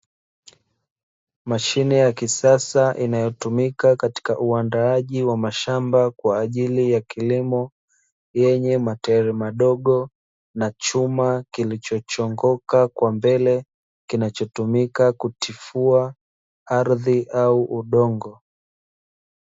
Mashine ya kisasa inayotumika katika uandaaji wa mashamba kwa ajili ya kilimo, yenye matairi madogo, na chuma kilichochongoka kwa mbele, kinachotumika kutifua ardhi au udongo.